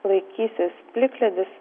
laikysis plikledis